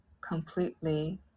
completely